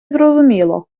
зрозуміло